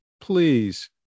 please